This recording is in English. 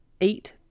eat